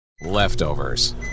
Leftovers